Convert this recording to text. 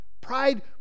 pride